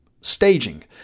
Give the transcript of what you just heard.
staging